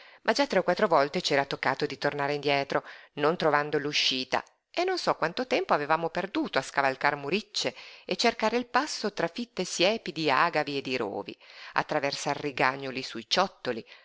ma già tre o quattro volte ci era toccato di tornare indietro non trovando l'uscita e non so quanto tempo avevamo perduto a scavalcar muricce e cercare il passo tra fitte siepi di àgavi e di rovi a traversar rigagnoli sui ciottoli